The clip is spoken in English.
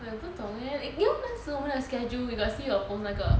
我也不懂 leh 那是我们的 schedule you got see 我 post 那个